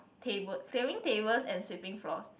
table clearing tables and sweeping floors